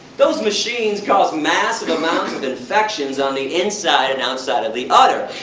those machines cause massive amounts of infections on the inside and outside of the udder.